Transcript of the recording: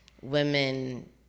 women